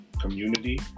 community